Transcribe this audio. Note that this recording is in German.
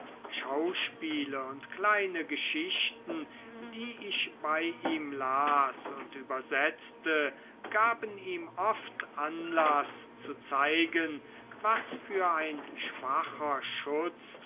schauspiele und kleine geschichten die ich bei ihm las und übersetzte gaben ihm oft anlaß zu zeigen was für ein schwacher schutz